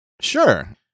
sure